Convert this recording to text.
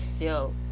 Yo